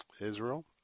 Israel